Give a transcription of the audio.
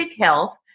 health